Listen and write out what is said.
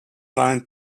line